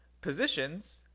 positions